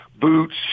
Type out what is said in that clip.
boots